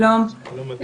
שלום לכולם.